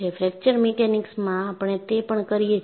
fracture mechanics માં આપણે તે પણ કરીએ છીએ